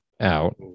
out